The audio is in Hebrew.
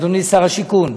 אדוני שר השיכון,